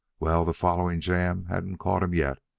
well, the following jam hadn't caught him yet,